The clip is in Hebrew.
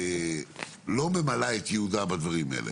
שלא ממלאה את ייעודה בדברים האלה,